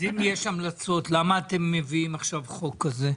אז אם יש המלצות למה אתם מביאים עכשיו חוק כזה?